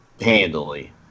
handily